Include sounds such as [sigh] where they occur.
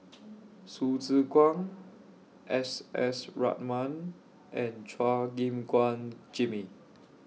[noise] Hsu Tse Kwang S S Ratnam and Chua Gim Guan Jimmy